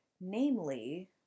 namely